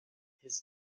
his